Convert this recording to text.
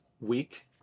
week